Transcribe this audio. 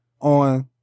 on